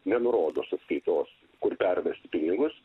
nenurodo sąskaitos kur pervesti pinigus